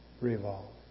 revolve